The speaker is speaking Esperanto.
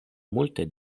multe